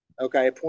okay